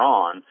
on